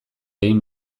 egin